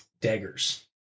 Daggers